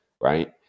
right